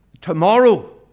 tomorrow